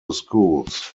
schools